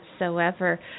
whatsoever